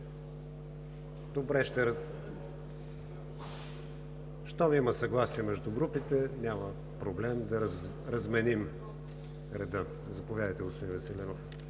(Реплики.) Щом има съгласие между групите, няма проблем да разменим реда. Заповядайте, господин Веселинов.